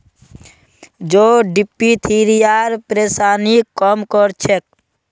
जौ डिप्थिरियार परेशानीक कम कर छेक